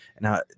now